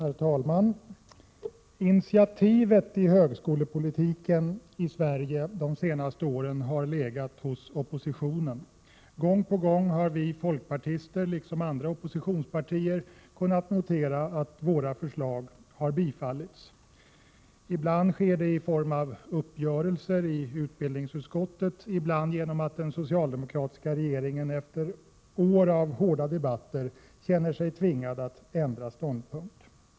Herr talman! Initiativen till högskolepolitiken i Sverige har de senaste åren tagits av oppositionen. Gång på gång har vi i folkpartiet, liksom andra oppositionspartier, kunnat notera att våra förslag har bifallits. Ibland sker det i form av uppgörelser i utbildningsutskottet, ibland genom att den socialdemokratiska regeringen efter år av hårda debatter känner sig tvingad att ändra ståndpunkt.